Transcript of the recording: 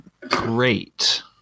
great